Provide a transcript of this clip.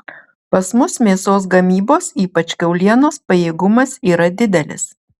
pas mus mėsos gamybos ypač kiaulienos pajėgumas yra didelis